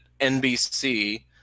NBC